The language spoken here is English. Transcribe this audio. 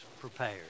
prepared